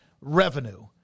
revenue